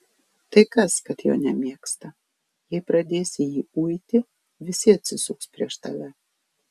tai kas kad jo nemėgsta jei pradėsi jį uiti visi atsisuks prieš tave